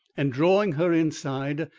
and drawing her inside,